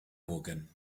organ